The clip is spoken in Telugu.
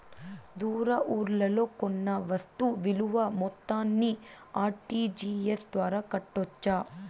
దూర ఊర్లలో కొన్న వస్తు విలువ మొత్తాన్ని ఆర్.టి.జి.ఎస్ ద్వారా కట్టొచ్చా?